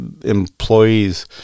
employees